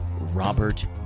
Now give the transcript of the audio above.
Robert